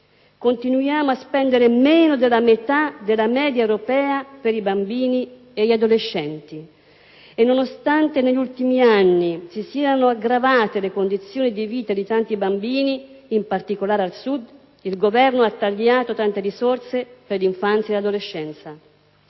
Continuiamo a spendere meno della metà della media europea per i bambini e gli adolescenti e, nonostante negli ultimi anni si siano aggravate le condizioni di vita di tanti bambini, in particolare al Sud, il Governo ha tagliato tante risorse per l'infanzia e l'adolescenza.